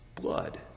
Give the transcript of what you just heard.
blood